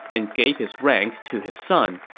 and gave his rank to his son.